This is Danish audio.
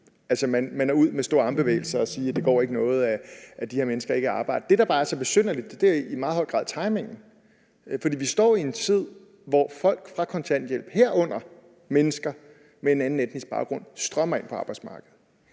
man er ude med store armbevægelser og sige, at det gør ikke noget, at de her mennesker ikke er i arbejde. Det, der bare er så besynderligt, er i meget høj grad timingen, for vi står i en tid, hvor folk på kontanthjælp, herunder mennesker med anden etnisk baggrund, strømmer ind på arbejdsmarkedet,